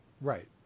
Right